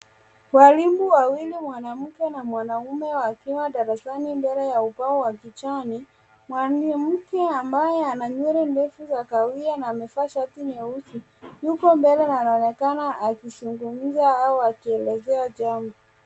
Walimu wawili mwanamke na mwanaume wakiwa darasani mbele ya ubao wa kijani, mwanamke ambaye ana nywele ndefu za kahawia na amevaa shati nyeusi yuko mbele na anaonekana akizungumza au akielezea jambo.